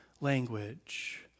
language